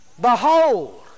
Behold